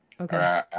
Okay